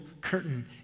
curtain